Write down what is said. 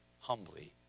Humbly